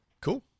Cool